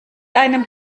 einem